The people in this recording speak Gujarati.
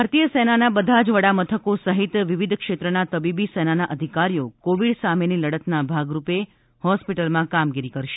ભારતીય સેનાના બધા જ વડામથકો સહિત વિવિધ ક્ષેત્રના તબીબી સેનાના અધિકારીઓ કોવિડ સામેની લડતના ભાગરૂપે હોસ્પિટલમાં કામગીરી કરશે